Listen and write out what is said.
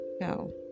No